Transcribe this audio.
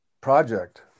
project